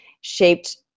shaped